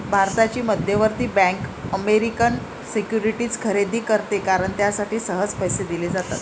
भारताची मध्यवर्ती bank American securities खरेदी करते कारण त्यासाठी सहज पैसे दिले जातात